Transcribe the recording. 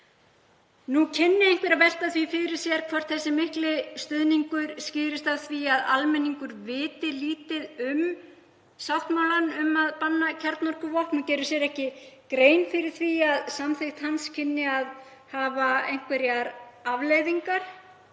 Nú kynni einhver að velta því fyrir sér hvort þessi mikli stuðningur skýrist af því að almenningur viti lítið um sáttmálann um að banna kjarnorkuvopn og geri sér ekki grein fyrir því að samþykkt hans kynni að hafa einhverjar afleiðingar.